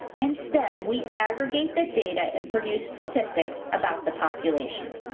instead, we aggregate the data and produce statistics about the population.